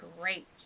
great